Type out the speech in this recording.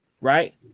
right